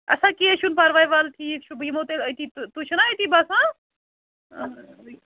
اَسا کیٚنٛہہ چھُنہٕ پَرواے وَلہٕ ٹھیٖک چھُ بہٕ یِمو تیٚلہِ أتی تہٕ تُہۍ چھُنا أتی بَسان